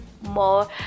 more